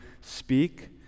speak